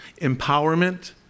empowerment